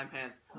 pants